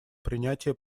принятие